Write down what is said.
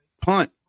punt